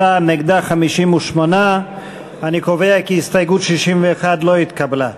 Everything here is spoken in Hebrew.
39, נגדה, 58. אני קובע כי הסתייגות 61 לא התקבלה.